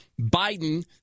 Biden